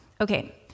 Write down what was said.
Okay